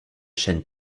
chaîne